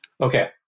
Okay